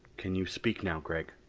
can you speak now, gregg?